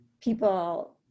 people